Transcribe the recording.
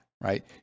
right